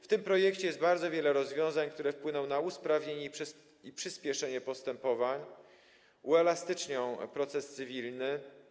W tym projekcie jest bardzo wiele rozwiązań, które wpłyną na usprawnienie i przyspieszenie postępowań, uelastycznią proces cywilny.